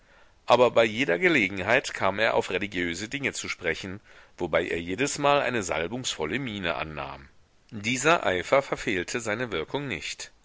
aber bei jeder gelegenheit kam er auf religiöse dinge zu sprechen wobei er jedesmal eine salbungsvolle miene annahm dieser eifer verfehlte seine wirkung nicht